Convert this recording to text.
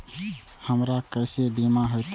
हमरा केसे बीमा होते?